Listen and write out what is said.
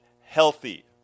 healthy